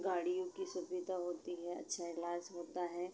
गाड़ियों की सुविधा होती है अच्छा इलाज होता है